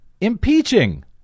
impeaching